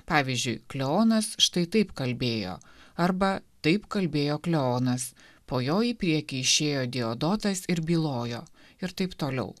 pavyzdžiui kleonas štai taip kalbėjo arba taip kalbėjo kleonas po jo į priekį išėjo dijodotas ir bylojo ir taip toliau